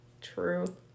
True